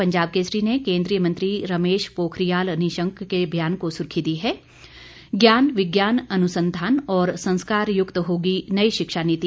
पंजाब केसरी ने केंद्रीय मंत्री रमेश पोखरियाल निशंक के बयान को सुर्खी दी है ज्ञान विज्ञान अनुसंधान और संस्कार युक्त होगी नई शिक्षा नीति